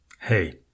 hey